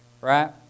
right